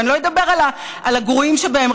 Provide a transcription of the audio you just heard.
ואני לא אדבר על הגרועים שבהם,